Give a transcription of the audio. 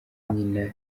nyina